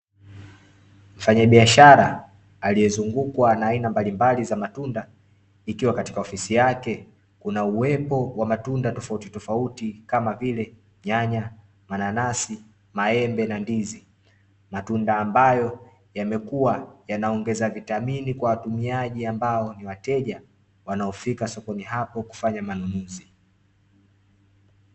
Mfanyabiashara aliyezungukwa na aina mbalimbali za matunda ikiwa katika ofisi yake kuna uwepo wa matunda tofautitofauti kama vile: nyanya, mananasi maembe na ndizi. Matunda ambayo yamekuwa yanaongeza vitamini kwa watumiaji ambao ni wateja wanaofika sokoni hapo kufanya manunuzi.